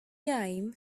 game